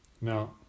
now